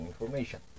information